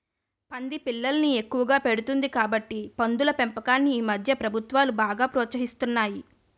పంది పిల్లల్ని ఎక్కువగా పెడుతుంది కాబట్టి పందుల పెంపకాన్ని ఈమధ్య ప్రభుత్వాలు బాగా ప్రోత్సహిస్తున్నాయి